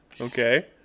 Okay